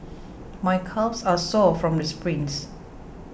my calves are sore from the sprints